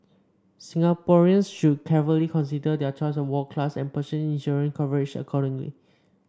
Singaporeans should carefully consider their choice of ward class and purchase insurance coverage accordingly